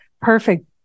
perfect